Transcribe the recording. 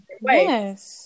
yes